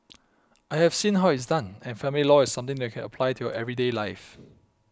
I have seen how it's done and family law is something that you can apply to your everyday life